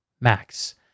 Max